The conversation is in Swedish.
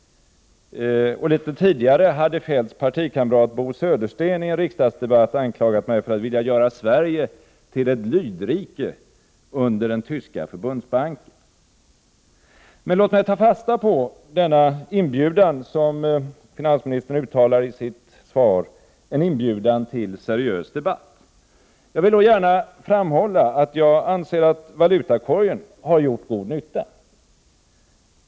Och litet tidigare hade Feldts partikamrat Bo Södersten i en riksdagsdebatt anklagat mig för att vilja göra Sverige till ett lydrike under den tyska förbundsbanken. Låt mig ta fasta på finansministerns inbjudan till seriös debatt. Jag vill då gärna framhålla att jag anser att valutakorgen har gjort god nytta.